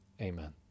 Amen